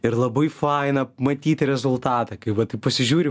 ir labai faina matyt rezultatą kai va taip pasižiūri